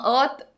Earth